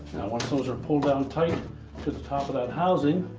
once those are pulled down tight to the top of that housing,